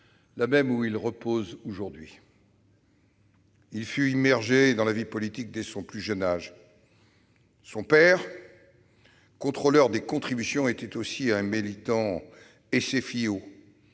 là même où il repose aujourd'hui. Il fut immergé dans la vie politique dès son plus jeune âge. Son père, contrôleur des contributions, était aussi un militant SFIO et un